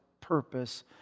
purpose